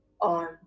on